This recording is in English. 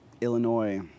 Illinois